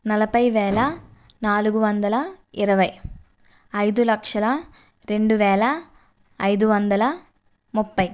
నలభై వేల నాలుగు వందల ఇరవై ఐదు లక్షల రెండు వేల ఐదు వందల ముప్పై